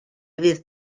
fydd